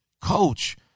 coach